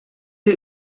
sie